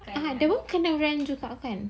ada apa kena rent juga kan